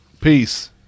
Peace